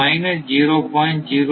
இந்த மைனஸ் 0